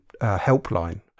helpline